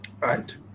Right